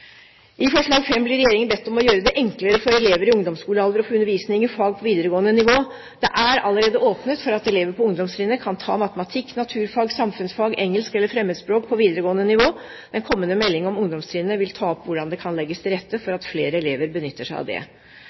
I forslag V i dokumentet blir regjeringen bedt om å gjøre det enklere for elever i ungdomsskolealder å få undervisning i fag på videregående nivå. Det er allerede åpnet for at elever på ungdomstrinnet kan ta matematikk, naturfag, samfunnsfag, engelsk eller fremmedspråk på videregående nivå. Den kommende meldingen om ungdomstrinnet vil ta opp hvordan det kan legges til rette for at flere elever benytter seg av det.